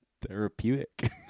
Therapeutic